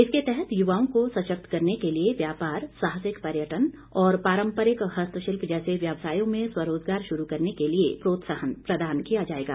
इसके तहत युवाओं को सशक्त करने के लिए व्यापार साहसिक पर्यटन और पारम्परिक हस्तशिल्प जैसे व्यवसायों में स्वरोजगार शुरू करने के लिए प्रोत्साहन प्रदान किया जाएगा